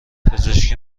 پزشکی